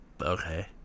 okay